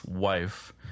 wife